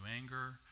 anger